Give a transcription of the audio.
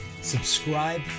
Subscribe